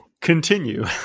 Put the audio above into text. continue